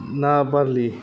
ना बारलि